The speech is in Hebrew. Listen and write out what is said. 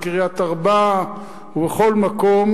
בקריית-ארבע ובכל מקום.